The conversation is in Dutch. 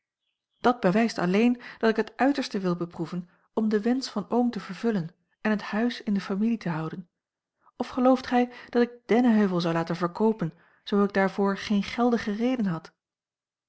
dat bewijst alleen dat ik het uiterste wil beproeven om den wensch van oom te vervullen en het huis in de familie te houden of gelooft gij dat ik dennenheuvel zou laten verkoopen zoo ik daarvoor geen geldige reden had